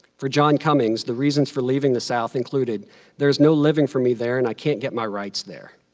for john cummings, the reasons for leaving the south included there's no living for me there and i can't get my rights there.